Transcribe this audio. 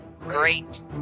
great